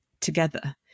together